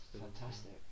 fantastic